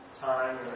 time